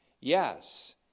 Yes